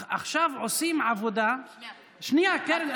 עכשיו עושים עבודה, שנייה, שנייה, קרן.